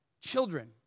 children